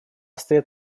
стоят